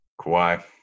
Kawhi